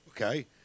Okay